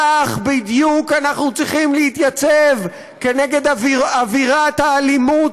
כך בדיוק אנחנו צריכים להתייצב כנגד אווירת האלימות,